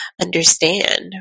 understand